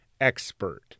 expert